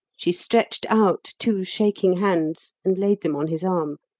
she stretched out two shaking hands and laid them on his arm,